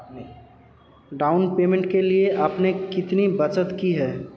Down payment के लिए आपने कितनी बचत की है?